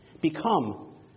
become